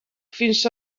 fins